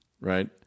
right